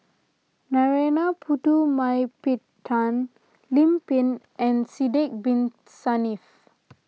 Narana Putumaippittan Lim Pin and Sidek Bin Saniff